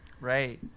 Right